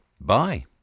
bye